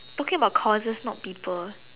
talking about courses not people